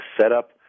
setup